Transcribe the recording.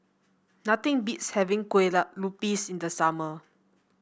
nothing beats having Kue Lupis in the summer